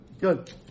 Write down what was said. Good